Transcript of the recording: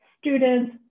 students